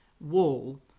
wall